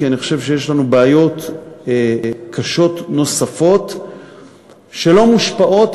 כי אני חושב שיש לנו בעיות קשות נוספות שלא מושפעות,